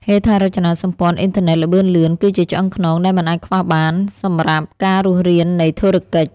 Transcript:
ហេដ្ឋារចនាសម្ព័ន្ធអ៊ីនធឺណិតល្បឿនលឿនគឺជាឆ្អឹងខ្នងដែលមិនអាចខ្វះបានសម្រាប់ការរស់រាននៃធុរកិច្ចថ្មី។